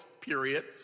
period